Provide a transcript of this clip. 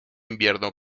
invierno